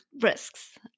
risks